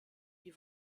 die